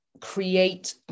create